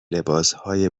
لباسهای